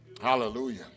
Hallelujah